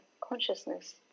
consciousness